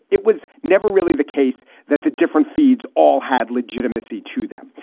it was never really the case that the different feeds all had legitimacy to them.